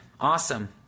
Awesome